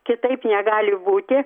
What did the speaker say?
kitaip negali būti